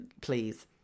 Please